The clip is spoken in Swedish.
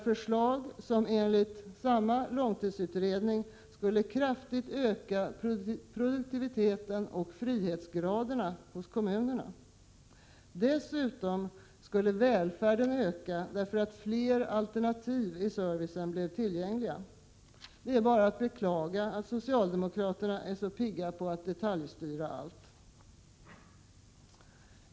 — förslag som enligt samma långtidsutredning skulle kraftigt öka produktiviteten och frihetsgraderna hos kommunerna. Dessutom skulle välfärden öka genom att fler alternativ i servicen blev tillgängliga. Det är bara att beklaga att socialdemokraterna är så pigga på att detaljstyra allt.